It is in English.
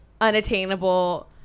unattainable